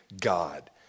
God